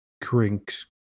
drinks